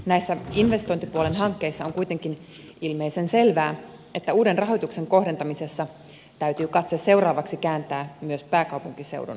näissä investointipuolen hankkeissa on kuitenkin ilmeisen selvää että uuden rahoituksen kohdentamisessa täytyy katse seuraavaksi kääntää myös pääkaupunkiseudun ulkopuolelle